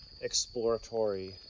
exploratory